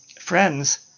friends